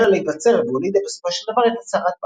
להיווצר והולידה בסופו של דבר את הצהרת בלפור.